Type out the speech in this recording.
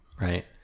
Right